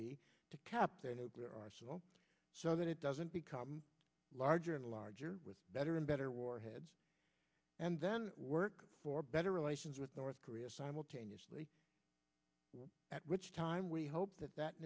be to cap their nuclear arsenal so that it doesn't become larger and larger with better and better warheads and then work for better relations with north korea simultaneously at which time we hope that that